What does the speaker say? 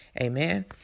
amen